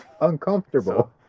uncomfortable